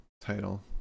title